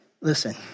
Listen